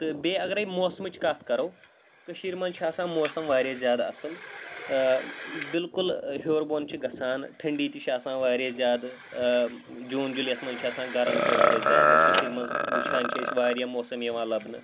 تہٕ بیٚیہِ اگرَے موسمٕچ کَتھ کَرو کٔشیٖرِ منٛز چھِ آسان موسَم واریاہ زیادٕ اَصٕل بالکُل ہیوٚر بۄن چھِ گژھان ٹھنٛڈی تہِ چھِ آسان واریاہ زیادٕ جوٗن جُلَے یَس منٛز چھِ آسان گَرم تہِ واریاہ زیادٕ کٔشیٖرِ منٛز وٕچھان چھِ أسۍ واریاہ موسَم یِوان لَبنہٕ